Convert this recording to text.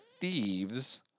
thieves